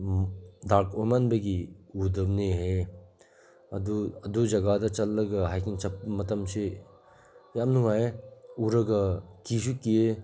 ꯗꯔꯛ ꯑꯣꯏꯃꯟꯕꯒꯤ ꯎꯗꯕꯅꯤ ꯍꯥꯏꯌꯦ ꯑꯗꯨ ꯑꯗꯨ ꯖꯒꯥꯗ ꯆꯠꯂꯒ ꯍꯥꯏꯀꯤꯡ ꯆꯠꯄ ꯃꯇꯝꯁꯤ ꯌꯥꯝ ꯅꯨꯡꯉꯥꯏꯌꯦ ꯎꯔꯒ ꯀꯤꯁꯨ ꯀꯤꯌꯦ